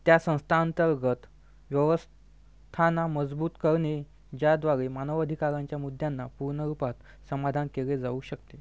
त्या संस्थाअंतर्गत व्यवस्थाना मजबूत करणे ज्याद्वारे मानव अधिकारांच्या मुद्द्यांना पूर्ण रुपात समाधान केले जाऊ शकते